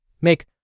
make